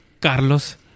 Carlos